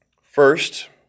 First